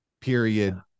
period